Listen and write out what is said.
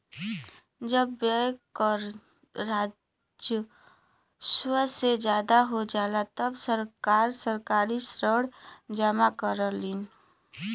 जब व्यय कर राजस्व से ज्यादा हो जाला तब सरकार सरकारी ऋण जमा करलीन